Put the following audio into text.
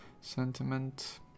sentiment